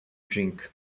drink